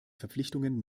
verpflichtungen